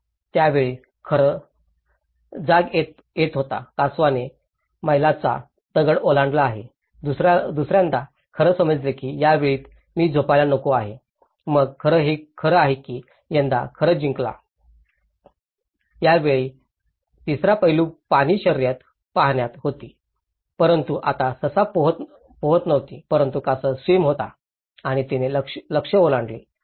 त्यावेळी खरं जाग येत होता कासवने मैलाचा दगड ओलांडला आहे दुसऱ्यादा खरं समजलं की यावेळीच मी झोपायला नको आहे मग खरं हे खरं आहे की यंदा खरं जिंकला यावेळी तिसरा पैलू पाणी शर्यत पाण्यात होती परंतु आता ससा पोहत नव्हती परंतु कासव स्विम होता आणि तिने लक्ष्य ओलांडले